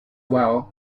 well